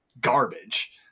garbage